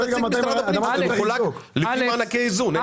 זה מחולק לפי מענקי איזון.